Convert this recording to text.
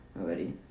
already